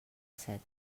set